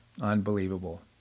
Unbelievable